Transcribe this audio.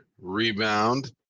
Rebound